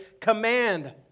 command